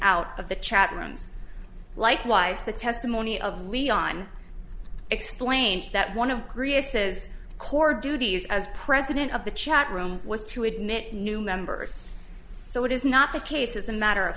out of the chat rooms likewise the testimony of leon explains that one of korea says core duties as president of the chat room was to admit new members so it is not the case as a matter of